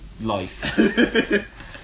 life